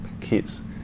kids